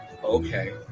Okay